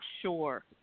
sure